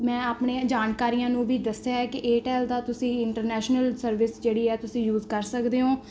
ਮੈਂ ਆਪਣੇ ਜਾਣਕਾਰੀਆਂ ਨੂੰ ਵੀ ਦੱਸਿਆ ਹੈ ਕਿ ਏਅਰਟੈੱਲ ਦਾ ਤੁਸੀਂ ਇੰਟਰਨੈਸ਼ਨਲ ਸਰਵਿਸ ਜਿਹੜੀ ਹੈ ਤੁਸੀਂ ਯੂਜ ਕਰ ਸਕਦੇ ਹੋ